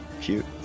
cute